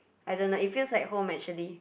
I don't know it feels like home actually